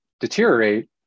deteriorate